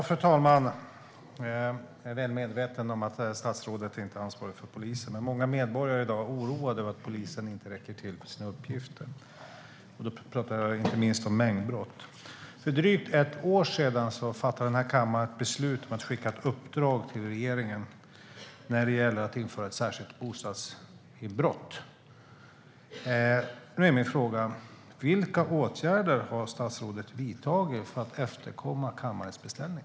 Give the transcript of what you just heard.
Fru talman! Jag är väl medveten om att statsrådet inte är ansvarig för polisen. Men många medborgare är i dag oroade över att polisen inte räcker till för sina uppgifter. Då talar jag inte minst om mängdbrott. För drygt ett år sedan fattade denna kammare beslut om att skicka ett uppdrag till regeringen om att införa en särskild brottsrubricering när det gäller inbrott i bostäder. Min fråga är: Vilka åtgärder har statsrådet vidtagit för att efterkomma kammarens beställning?